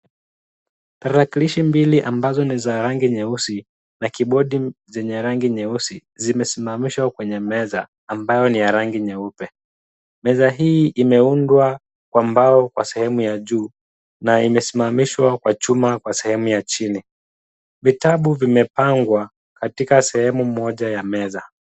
Tarakilishi mbili ambazo ni za rangi nyeusi na kibodi zenye rangi nyeusi zimesimamishwa kwenye meza ambayo ni ya rangi nyeupe. Meza hii imeundwa kwa mbao kwa sehemu ya juu na imesimamishwa kwa chuma kwa sehemu ya chini. Vitabu vimepangwa katika sehemu moja ya meza.